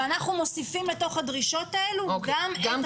ואנחנו מוסיפים לתוך הדרישות האלה גם את הכבאות.